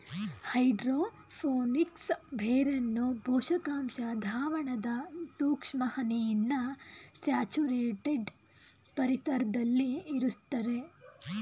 hydro phonics ಬೇರನ್ನು ಪೋಷಕಾಂಶ ದ್ರಾವಣದ ಸೂಕ್ಷ್ಮ ಹನಿಯಿಂದ ಸ್ಯಾಚುರೇಟೆಡ್ ಪರಿಸರ್ದಲ್ಲಿ ಇರುಸ್ತರೆ